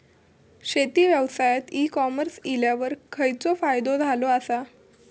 शेती व्यवसायात e commerce इल्यावर खयचो फायदो झालो आसा?